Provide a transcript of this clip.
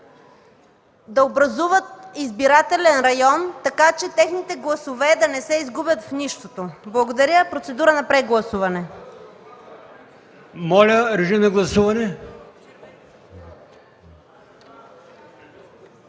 да образуват избирателен район, така че техните гласове да не се изгубят в нищото. Правя процедура за прегласуване. Благодаря.